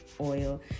oil